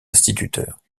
instituteurs